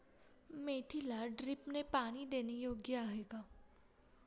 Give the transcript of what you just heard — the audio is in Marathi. मेथीला ड्रिपने पाणी देणे योग्य आहे का?